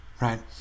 right